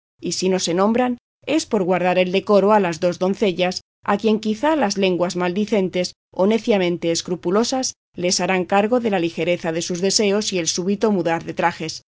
y si no se nombran es por guardar el decoro a las dos doncellas a quien quizá las lenguas maldicientes o neciamente escrupulosas les harán cargo de la ligereza de sus deseos y del súbito mudar de trajes